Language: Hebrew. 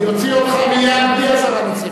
אני אוציא אותך בלי אזהרה נוספת.